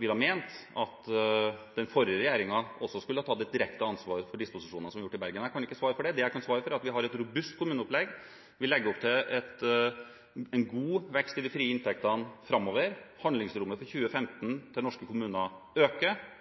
ville ment at den forrige regjeringen også skulle tatt et direkte ansvar for disposisjoner som er gjort i Bergen. Jeg kan ikke svare for det. Det jeg kan svare for, er at vi har et robust kommuneopplegg. Vi legger opp til en god vekst i de frie inntektene framover. Handlingsrommet for 2015 til norske kommuner øker,